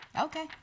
Okay